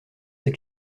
ses